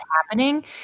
happening